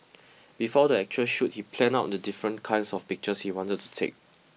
before the actual shoot he planned out the different kinds of pictures he wanted to take